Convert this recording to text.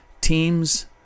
Teams